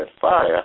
fire